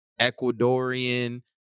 Ecuadorian